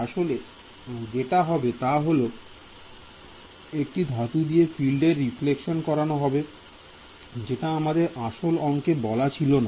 আসলে যেটা হবে তা হল একটি ধাতু দিয়ে ফিল্ডের রিফ্লেকশন করানো হবে যেটা আমাদের আসল অংকে বলা ছিল না